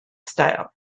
style